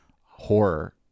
horror